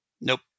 Nope